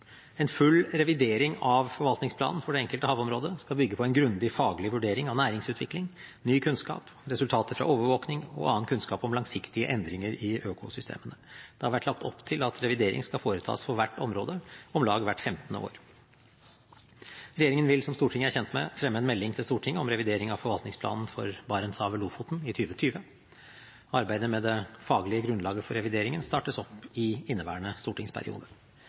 En full revidering av forvaltningsplanen for det enkelte havområdet skal bygge på en grundig faglig vurdering av næringsutvikling, ny kunnskap, resultater fra overvåking og annen kunnskap om langsiktige endringer i økosystemene. Det har vært lagt opp til at revidering skal foretas for hvert område om lag hvert 15. år. Regjeringen vil, som Stortinget er kjent med, fremme en melding til Stortinget om revidering av forvaltningsplanen for Barentshavet – Lofoten i 2020. Arbeidet med det faglige grunnlaget for revideringen startes opp i inneværende stortingsperiode.